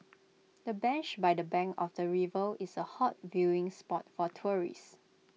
the bench by the bank of the river is A hot viewing spot for tourists